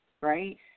right